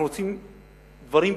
אנחנו רוצים דברים פשוטים: